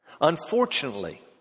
Unfortunately